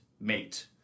mate